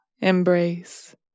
embrace